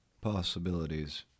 possibilities